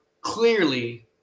clearly